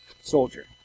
soldier